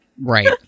Right